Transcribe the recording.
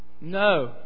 No